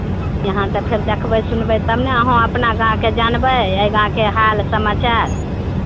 यहाँ तऽ फेर देखबै सुनबै तब ने अहाँ अपना गाँवकेँ जानबै एहि गाँवके हाल समाचार